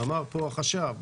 כפי שאמר פה החשב,